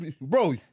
Bro